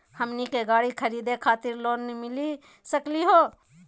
हमनी के गाड़ी खरीदै खातिर लोन मिली सकली का हो?